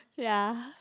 ya